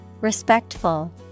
respectful